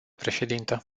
președintă